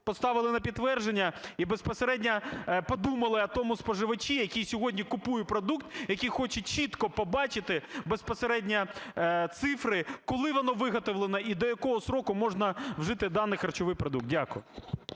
поставили на підтвердження і безпосередньо подумали про того споживача, який сьогодні купує продукт, який хоче чітко побачити безпосередньо цифри, коли вони виготовлено і до якого строку можна вжити даний харчовий продукт. Дякую.